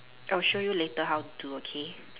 I'll show you later how to do okay